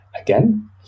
again